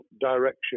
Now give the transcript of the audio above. direction